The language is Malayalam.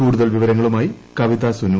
കൂടുതൽ വിവരങ്ങളുമായി കവിത സുനു